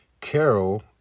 Carol